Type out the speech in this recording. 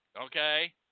okay